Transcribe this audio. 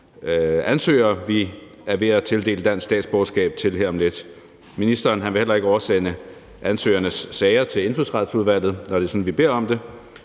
ansøgere, vi er ved at tildele dansk statsborgerskab her om lidt. Ministeren vil heller ikke oversende ansøgernes sager til Indfødsretsudvalget, når vi beder om det.